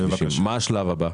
מה השלב הבא?